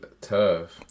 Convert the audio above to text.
Tough